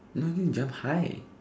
not mean jump high